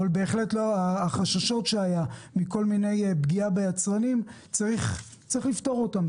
אבל בהחלט החששות שהיו מפגיעה ביצרנים צריך לפתור אותם.